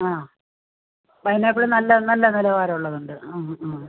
ആ പൈനാപ്പിള് നല്ല നല്ല നിലവാരം ഉള്ളതുണ്ട് ആ ആ